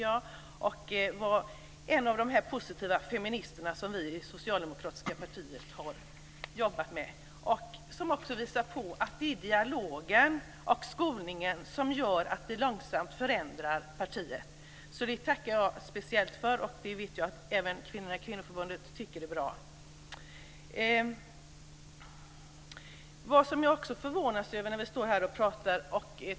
Han är en av de positiva feminister som vi i det socialdemokratiska partiet har jobbat med. Han visar att det är dialogen och skolningen som gör att vi långsamt förändrar partiet. Det tackar jag speciellt för. Jag vet att även kvinnorna i kvinnoförbundet tycker att detta är bra. Jag förvånas också över en annan sak när vi står här och pratar.